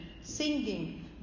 singing